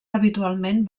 habitualment